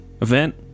event